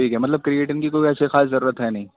ٹھیک ہے مطلب کریٹن کی کوئی ایسی خاص ضرورت ہے نہیں